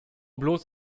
bloß